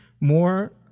More